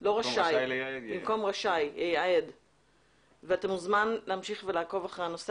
לא 'רשאי' ואתה מוזמן להמשיך לעקוב אחרי הנושא